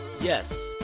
Yes